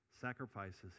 sacrifices